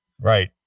Right